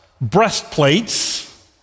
breastplates